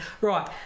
right